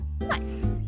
Nice